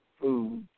food